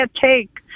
take